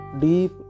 Deep